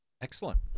Excellent